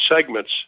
segments